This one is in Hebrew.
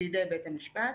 בידי בית המשפט.